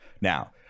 Now